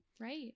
Right